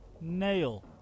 Nail